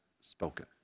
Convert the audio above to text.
spoken